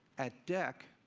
at dec,